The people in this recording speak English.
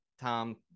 tom